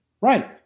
Right